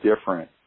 different